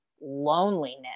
loneliness